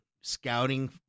scouting